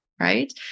right